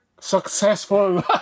Successful